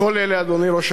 אדוני ראש הממשלה,